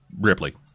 Ripley